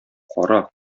кара